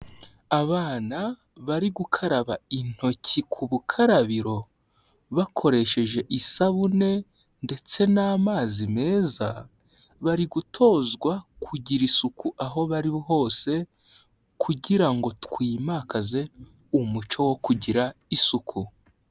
Abana bari gukaraba intoki ku bukarabiro, bakoresheje isabune ndetse n'amazi meza, bari gutozwa kugira isuku aho bari hose kugira ngo twimakaze umuco wo kugira isuku.